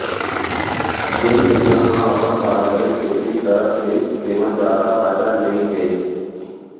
जेन किसान ह अपन पारंपरिक खेती करत हे तेमा जादा फायदा नइ हे